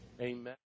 Amen